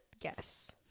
guess